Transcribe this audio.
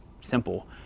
simple